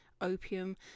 opium